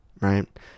right